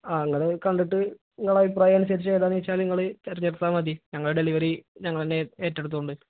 ആ നിങ്ങള് കണ്ടിട്ട് നിങ്ങളുടെ അഭിപ്രായം അനുസരിച്ച് ഏതാണെന്നുവച്ചാല് നിങ്ങള് തെരഞ്ഞെടുത്താല് മതി ഞങ്ങള് ഡെലിവറി ഞങ്ങള് തന്നെ ഏറ്റെടുത്തോളും